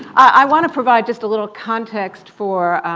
i wanna provide just a little context for